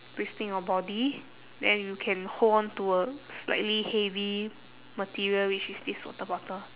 twisting your body then you can hold on to a slightly heavy material which is this water bottle